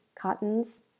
cottons